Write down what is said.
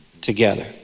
together